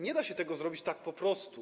Nie da się tego zrobić tak po prostu.